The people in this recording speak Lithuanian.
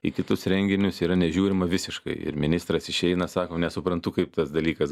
į kitus renginius yra nežiūrima visiškai ir ministras išeina sako nesuprantu kaip tas dalykas